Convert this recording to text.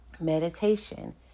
meditation